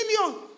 million